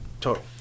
Total